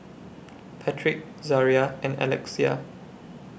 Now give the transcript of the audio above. Patric Zaria and Alexia